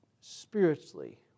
spiritually